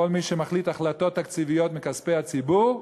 מי שמחליט החלטות תקציביות מכספי הציבור,